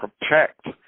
protect